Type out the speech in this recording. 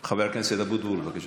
חבר הכנסת אבוטבול, בבקשה.